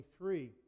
23